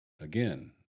Again